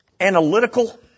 analytical